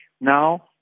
Now